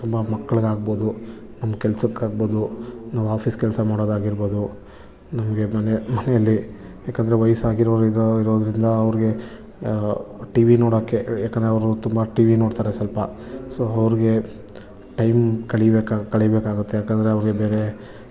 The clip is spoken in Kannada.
ತುಂಬ ಮಕ್ಕಳ್ಗಾಗ್ಬೌದು ನಮ್ಮ ಕೆಲ್ಸಕ್ಕೆ ಆಗ್ಬೌದು ನಾವು ಆಫೀಸ್ ಕೆಲಸ ಮಾಡೋದಾಗಿರ್ಬೌದು ನಮಗೆ ಮನೆ ಮನೇಲಿ ಯಾಕಂದರೆ ವೈಸಾಗಿರೋರು ಇರೋ ಇರೋದ್ರಿಂದ ಅವ್ರಿಗೆ ಟಿ ವಿ ನೋಡೋಕ್ಕೆ ಯಾಕಂದರೆ ಅವರು ತುಂಬ ಟಿ ವಿ ನೋಡ್ತಾರೆ ಸ್ವಲ್ಪ ಸೋ ಅವ್ರಿಗೆ ಟೈಮ್ ಕಳಿಬೇಕಾ ಕಳಿಬೇಕಾಗುತ್ತೆ ಯಾಕಂದರೆ ಅವ್ರಿಗೆ ಬೇರೆ